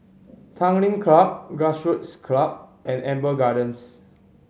Tanglin Club Grassroots Club and Amber Gardens